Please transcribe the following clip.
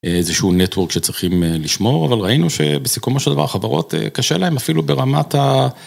איזשהו נטוורק שצריכים לשמור אבל ראינו שבסיכומו של דבר חברות קשה להם אפילו ברמת ה...